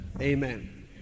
Amen